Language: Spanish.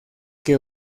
que